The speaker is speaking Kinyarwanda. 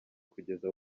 kugeza